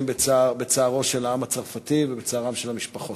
בצערו של העם הצרפתי ובצערן של המשפחות.